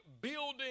building